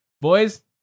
Boys